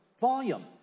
volume